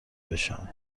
بشم